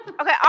Okay